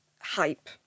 hype